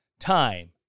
Time